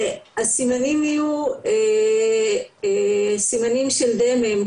הסימנים יהיו סימנים של דמם,